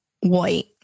white